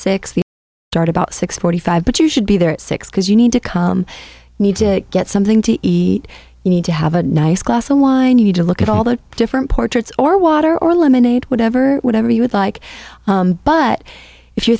the start about six forty five but you should be there at six because you need to come need to get something to eat you need to have a nice glass of wine you need to look at all the different portraits or water or lemonade whatever whatever you would like but if you're